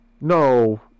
No